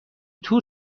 تور